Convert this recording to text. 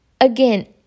Again